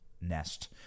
nest